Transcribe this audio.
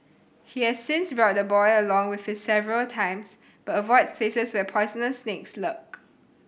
he has since brought the boy along with him several times but avoids places where poisonous snakes lurk